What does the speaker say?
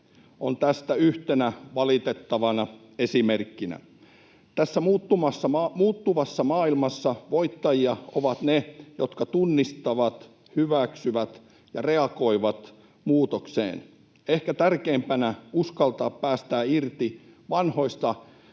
on tästä yhtenä valitettavana esimerkkinä. Tässä muuttuvassa maailmassa voittajia ovat ne, jotka tunnistavat ja hyväksyvät muutoksen ja reagoivat siihen — ja ehkä tärkeimpänä: uskaltavat päästää irti vanhoista